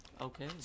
Okay